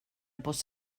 bws